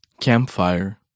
Campfire